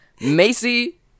Macy